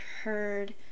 heard